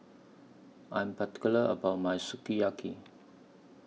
I Am particular about My Sukiyaki